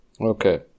Okay